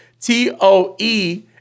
T-O-E